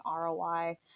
ROI